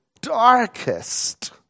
darkest